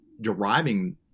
deriving